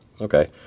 Okay